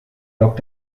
log